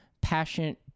passionate